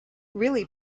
really